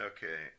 Okay